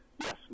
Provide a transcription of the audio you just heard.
Yes